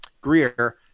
Greer